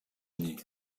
année